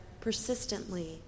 persistently